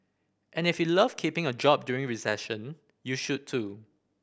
and if you love keeping your job during recession you should too